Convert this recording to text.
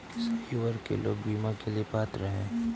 किस आयु वर्ग के लोग बीमा के लिए पात्र हैं?